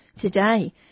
today